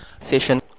session